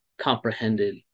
comprehended